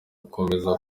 gukomeza